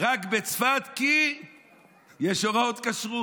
רק בצפת, כי יש הוראות כשרות.